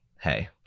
hey